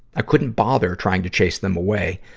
i couldn't bother trying to chase them away,